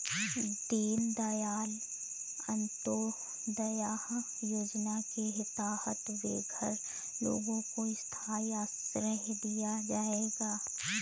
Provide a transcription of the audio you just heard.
दीन दयाल अंत्योदया योजना के तहत बेघर लोगों को स्थाई आश्रय दिया जाएगा